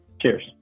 Cheers